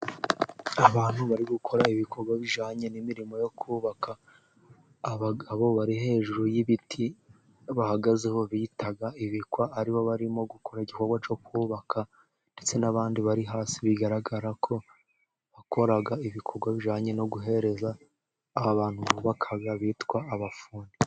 Abantu bari gukora ibikorwa bijyananye n'imirimo yo kubaka, abagabo bari hejuru y'ibiti bahagazeho bita ibikwa, aribo barimo gukora igikorwa cyo kubaka, ndetse n'abandi bari hasi bigaragara ko bakora ibikorwa bijyanye no guhereza abantu bubaka bitwa abafundi.